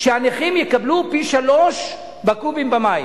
שהנכים יקבלו פי-שלושה קובים מים.